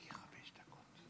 כיוזמת, חמש דקות.